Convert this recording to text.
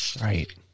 Right